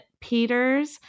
Peters